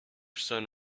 son